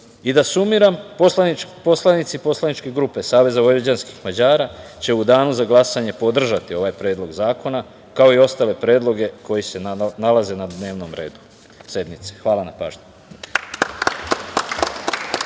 da sumiram, poslanici i poslaničke grupe SVM će u danu za glasanje podržati ovaj predlog zakona, kao i ostale predloge koji se nalaze na dnevnom redu sednice. Hvala na pažnji.